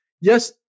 yes